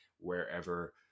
wherever